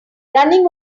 running